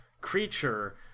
creature